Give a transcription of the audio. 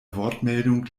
wortmeldung